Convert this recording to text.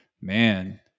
man